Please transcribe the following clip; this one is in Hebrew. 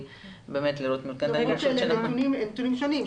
אלה נתונים שונים.